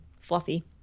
fluffy